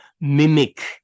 mimic